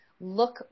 look